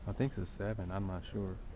think it's seven i'm not sure.